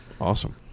awesome